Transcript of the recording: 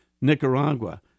Nicaragua